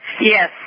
Yes